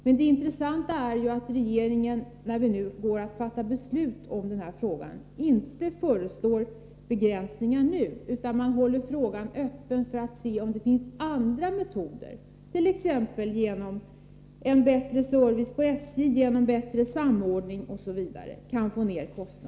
Men när vi i dag går att fatta beslut i den här frågan föreslår regeringen inte begränsningar nu utan håller frågan öppen för att se om det finns andra metoder att få ned kostnaderna, t.ex. en bättre service på SJ, en bättre samordning, osv.